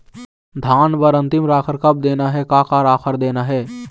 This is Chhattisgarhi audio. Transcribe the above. धान बर अन्तिम राखर कब देना हे, का का राखर देना हे?